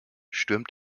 stürmt